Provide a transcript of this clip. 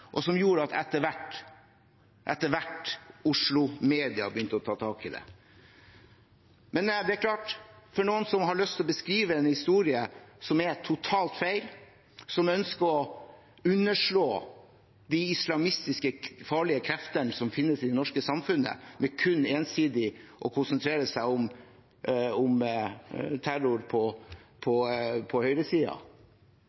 som gjorde at Oslo-media etter hvert begynte å ta tak i det. Men det er klart: For dem som har lyst til å beskrive en historie som er totalt feil, som ønsker å underslå de islamistiske farlige kreftene som finnes i det norske samfunnet, ved kun ensidig å konsentrere seg om terror på